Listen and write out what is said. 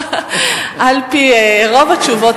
על-פי רוב התשובות,